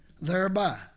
thereby